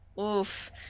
oof